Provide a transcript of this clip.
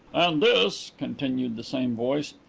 this, continued the same voice,